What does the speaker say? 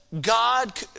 God